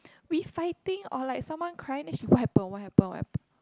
we fighting or like someone crying then she's like what happen what happen what happen